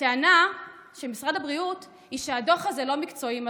הטענה של משרד הבריאות היא שהדוח הזה לא מקצועי מספיק,